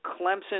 Clemson